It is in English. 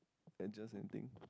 adjust anything